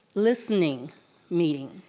listening meeting.